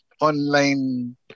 online